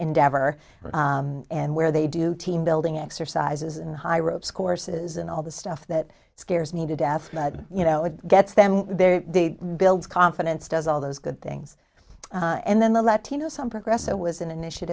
endeavor and where they do team building exercises in the high ropes courses and all the stuff that scares me to death but you know it gets them there builds confidence does all those good things and then the latino some progress it was an initiat